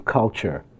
culture